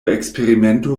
eksperimento